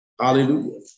Hallelujah